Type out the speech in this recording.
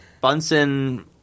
Bunsen